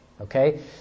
Okay